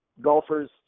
golfers